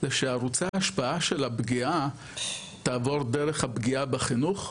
זה שערוצי ההשפעה של הפגיעה תעבור דרך הפגיעה בחינוך,